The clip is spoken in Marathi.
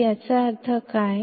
तर याचा अर्थ काय